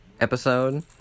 episode